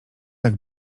tak